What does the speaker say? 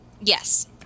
Yes